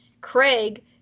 craig